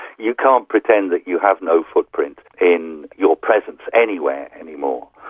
you can't pretend that you have no footprint in your presence anywhere anymore.